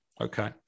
Okay